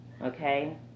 okay